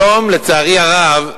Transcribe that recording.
היום, לצערי הרב,